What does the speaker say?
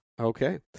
Okay